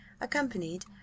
accompanied